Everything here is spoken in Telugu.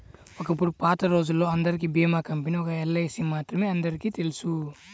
ఒకప్పుడు పాతరోజుల్లో అందరికీ భీమా కంపెనీ ఒక్క ఎల్ఐసీ మాత్రమే అందరికీ తెలుసు